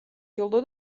ჯილდო